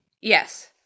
Yes